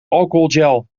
alcoholgel